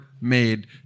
made